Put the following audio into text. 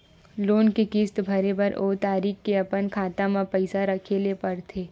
loan के किस्त भरे बर ओ तारीख के अपन खाता म पइसा राखे ल परथे